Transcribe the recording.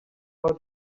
how